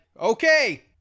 okay